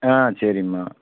ஆ சரிம்மா